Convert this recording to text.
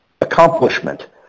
accomplishment